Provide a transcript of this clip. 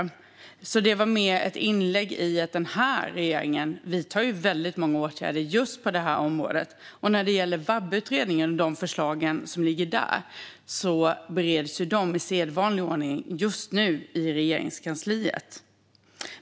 Det var alltså mer ett inlägg gällande att regeringen vidtar väldigt många åtgärder just på det här området, och när det gäller VAB-utredningen och de förslag som finns där bereds de just nu i sedvanlig ordning i Regeringskansliet.